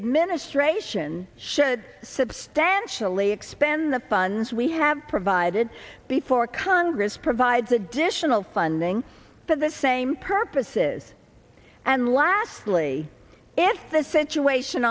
administration should substantially expand the funds we have provided before congress provides additional funding for the same purposes and lastly if the situation